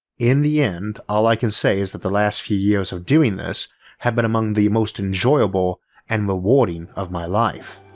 in the end, all i can say is that the last few years of doing this have been among the most enjoyable and rewarding of my life.